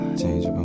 change